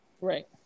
Right